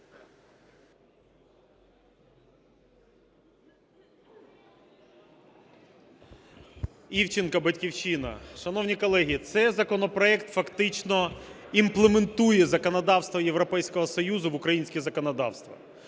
Івченко, "Батьківщина". Шановні колеги, цей законопроект фактично імплементує законодавство Європейського Союзу в українське законодавство.